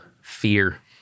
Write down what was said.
Fear